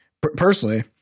personally